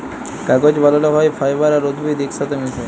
কাগজ বালাল হ্যয় ফাইবার আর উদ্ভিদ ইকসাথে মিশায়